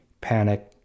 panic